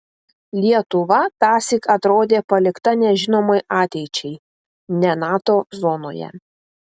lietuva tąsyk atrodė palikta nežinomai ateičiai ne nato zonoje